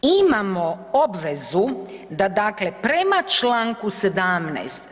Imamo obvezu da dakle prema čl. 17.